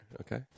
Okay